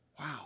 Wow